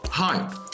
Hi